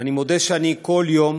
אני מודה שאני כל יום